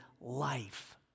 life